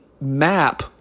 map